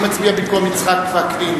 אני מצביע במקום יצחק וקנין,